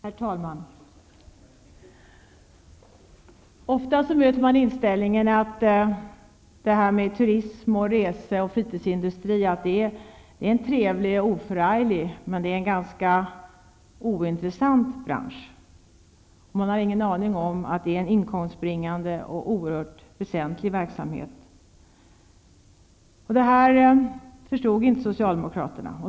Herr talman! Ofta möter man inställningen att turism, resor och fritidsindustri är en trevlig och oförarglig, men ganska ointressant bransch. Man har ingen aning om att det är en inkomstbringande och oerhört väsentlig verksamhet. Det förstod inte socialdemokraterna.